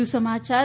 વધુ સમાચાર